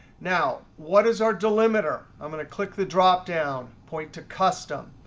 now what is our delimiter? i'm going to click the dropdown, point to custom,